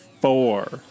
four